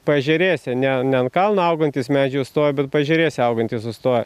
paežerėse ne ne ant kalno augantys medžiai užstoja bet paežerėse augantys sustoja